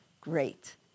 great